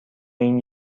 این